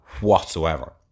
whatsoever